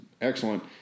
excellent